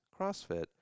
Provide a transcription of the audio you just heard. CrossFit